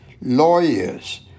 lawyers